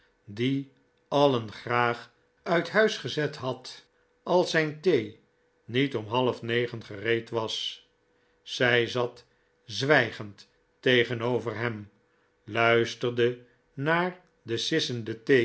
die alien graag uit huis gezet had als zijn thee niet om halfnegen gereed was zij zat zwijgend tegenover hem luisterde naar den